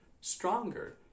stronger